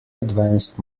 advanced